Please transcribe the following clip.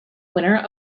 winner